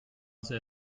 sehr